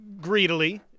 greedily